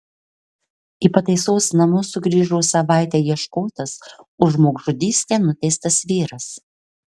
į pataisos namus sugrįžo savaitę ieškotas už žmogžudystę nuteistas vyras